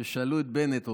כששאלו את בנט,